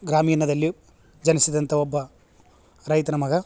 ಗ್ರಾಮೀಣದಲ್ಲಿ ಜನಿಸಿದಂಥ ಒಬ್ಬ ರೈತನ ಮಗ